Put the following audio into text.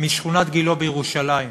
משכונת גילה בירושלים